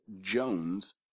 Jones